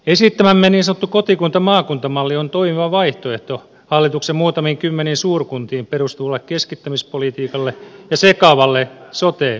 esittämämme niin sanottu kotikuntamaakunta malli on toimiva vaihtoehto hallituksen muutamiin kymmeniin suurkuntiin perustuvalle keskittämispolitiikalle ja sekavalle sote yritelmälle